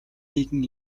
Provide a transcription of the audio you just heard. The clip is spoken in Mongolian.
нэгэн